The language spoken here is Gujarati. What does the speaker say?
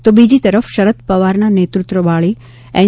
તો બીજી તરફ શરદ પવારના નેતૃત્વવાળી એન